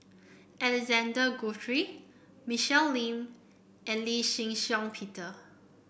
Alexander Guthrie Michelle Lim and Lee Shih Shiong Peter